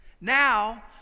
Now